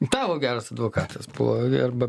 tavo geras advokatas buvo arba